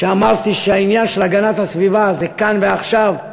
כשאמרתי שהעניין של הגנת הסביבה זה כאן ועכשיו,